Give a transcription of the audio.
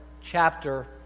chapter